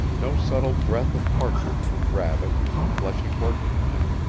no subtle breath of partridge and rabbit and fleshy porcupine.